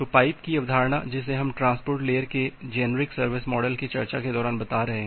तो पाइप की अवधारणा जिसे हम ट्रांसपोर्ट लेयर के जेनेरिक सर्विस मॉडल की चर्चा के दौरान बता रहे हैं